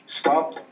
Stop